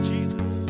Jesus